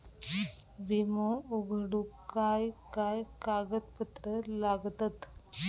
विमो उघडूक काय काय कागदपत्र लागतत?